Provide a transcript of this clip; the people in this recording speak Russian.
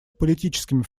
политическими